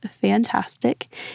fantastic